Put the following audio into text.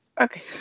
Okay